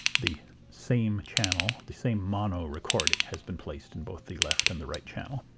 the same channel the same mono recording has been placed in both the left and the right channel.